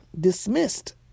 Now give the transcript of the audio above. dismissed